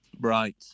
Right